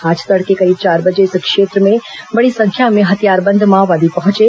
आज तड़के करीब चार बजे इस क्षेत्र में बड़ी संख्या में हथियारबंद माओवादी पहुंचे